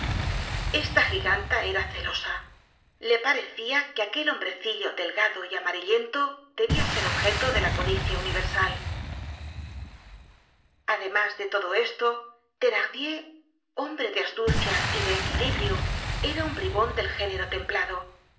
esta giganta era celosa le parecia que aquel hombrecillo delgado y amarillento debia ser objeto de la codicia universal además de todo esto thenardier hombre de astucia y de equilibrio era un bribon del género templado